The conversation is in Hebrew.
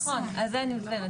נכון, על זה אני מדברת.